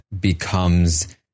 becomes